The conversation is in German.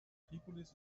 tripolis